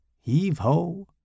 Heave-ho